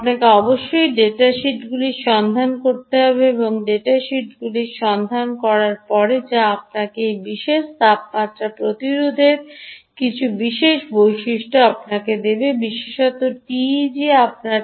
আপনাকে অবশ্যই ডেটা শিটগুলি সন্ধান করতে হবে যা আপনাকে এই বিশেষ তাপমাত্রা প্রতিরোধের কিছু বিশেষ বৈশিষ্ট্য আপনাকে দেবে বিশেষত টিইজি আপনার